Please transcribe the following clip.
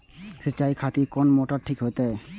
सीचाई खातिर कोन मोटर ठीक होते?